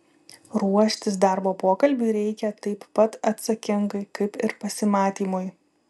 ruoštis darbo pokalbiui reikia taip pat atsakingai kaip ir pasimatymui